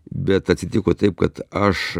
bet atsitiko taip kad aš